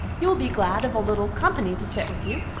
you will be glad of a little company to sit with you.